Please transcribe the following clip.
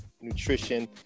nutrition